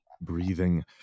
breathing